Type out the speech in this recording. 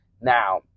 Now